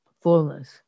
fullness